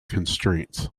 constraints